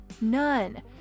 none